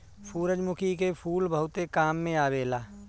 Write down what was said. सूरजमुखी के फूल बहुते काम में आवेला